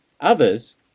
Others